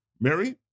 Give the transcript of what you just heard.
Mary